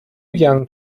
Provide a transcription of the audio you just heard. young